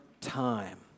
time